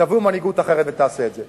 תביאו מנהיגות אחרת והיא תעשה את זה.